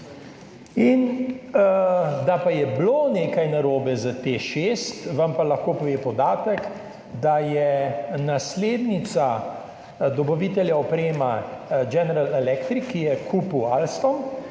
In da pa je bilo nekaj narobe s TEŠ-6 vam pa lahko povem podatek, da je naslednica dobavitelja opreme General Electric, ki je kupil Alstom,